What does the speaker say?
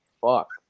Fuck